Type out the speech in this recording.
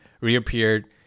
reappeared